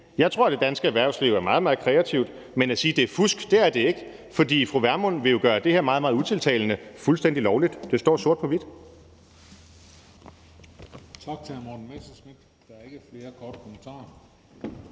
Jeg tror, at det danske erhvervsliv er meget, meget kreativt, men at sige, at det er fusk, er forkert, for det er det ikke. For fru Pernille Vermund vil jo gøre det her meget, meget utiltalende fuldstændig lovligt – det står sort på hvidt.